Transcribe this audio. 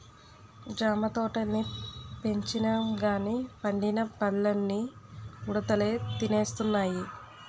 జామ తోటల్ని పెంచినంగానీ పండిన పల్లన్నీ ఉడతలే తినేస్తున్నాయి